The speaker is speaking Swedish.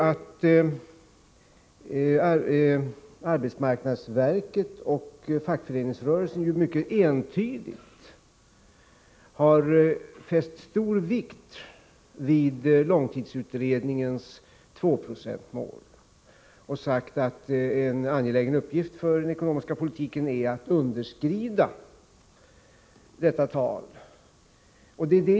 Arbetsmarknadsverket och fackföreningsrörelsen har mycket entydigt fäst stor vikt vid långtidsutredningens 2-procentsmål och sagt att det är en angelägen uppgift för den ekonomiska politiken att underskrida detta tal.